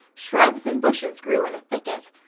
shrubs and bushes grew in a thicket.